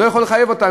לא יכול לחייב אותם.